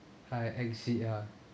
hi exit ya